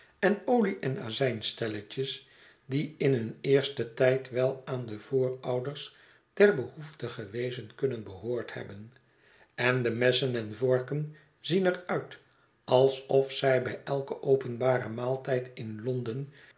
ongelukkige zoutvaten en olieen azijnstelletjes die in hun eersten tijd wel aan de voorouders der behoeftige weezen kunnen behoord hebben en de messen en vorken zien er uit alsof zij bij elken openbaren maaltijd in l